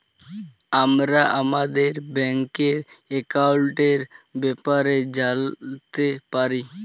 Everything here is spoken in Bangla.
আমরা আমাদের ব্যাংকের একাউলটের ব্যাপারে জালতে পারি